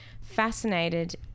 fascinated